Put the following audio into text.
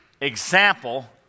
example